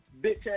bitch